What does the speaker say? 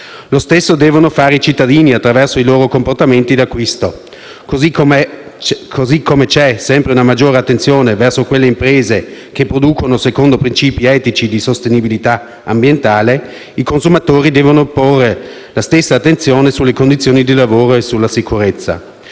Lo stesso devono fare i cittadini attraverso i loro comportamenti d'acquisto. Così come c'è una sempre maggiore attenzione verso quelle imprese che producono secondo principi etici di sostenibilità ambientale, i consumatori devono porre la stessa attenzione sulle condizioni di lavoro e sulla sicurezza.